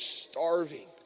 starving